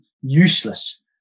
useless